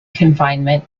confinement